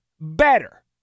better